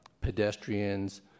pedestrians